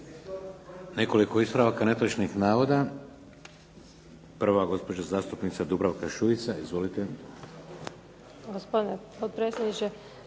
Imamo dva ispravka netočnog navoda. Gospođa zastupnica Dubravka Šuica. Izvolite.